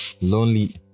lonely